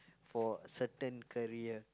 for certain career